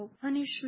punishment